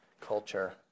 culture